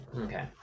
Okay